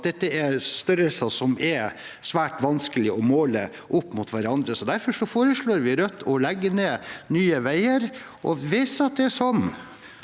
at dette er størrelser som det er svært vanskelig å måle opp mot hverandre. Derfor foreslår vi i Rødt å legge ned Nye veier. Hvis det er sånn